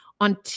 on